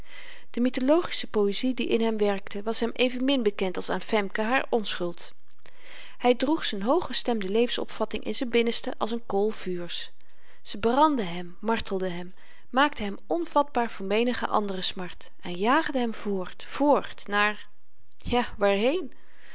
de mythologische poëzie die in hem werkte was hem evenmin bekend als aan femke haar onschuld hy droeg z'n hooggestemde levensopvatting in z'n binnenste als n kool vuurs ze brandde hem martelde hem maakte hem onvatbaar voor menige andere smart en jaagde hem voort voort naar ja waarheen